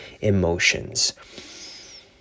emotions